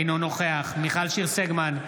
אינו נוכח מיכל שיר סגמן,